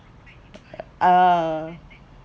uh